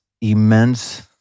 immense